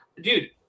dude